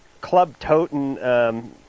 club-toting